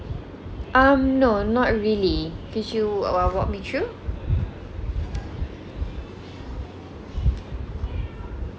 um no not really could you wa~ walk me through